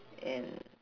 and